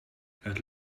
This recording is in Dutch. het